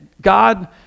God